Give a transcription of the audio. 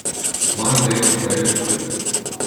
man reikia prailgintojo